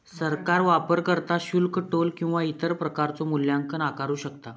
सरकार वापरकर्ता शुल्क, टोल किंवा इतर प्रकारचो मूल्यांकन आकारू शकता